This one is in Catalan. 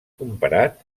comparat